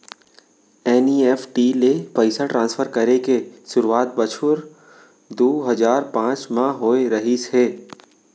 NEFT ले पइसा transfer करे के सुरूवात बछर दू हजार पॉंच म होय रहिस हे